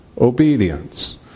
obedience